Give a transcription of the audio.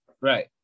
Right